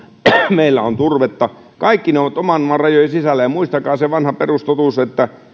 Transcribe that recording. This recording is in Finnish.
meillä on turvetta kaikki ne ovat oman maan rajojen sisällä ja muistakaa se vanha perustotuus että